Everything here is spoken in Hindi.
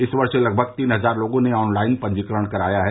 इस वर्ष लगभग तीन हजार लोगों ने ऑनलाइन पंजीकरण कराया है